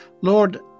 Lord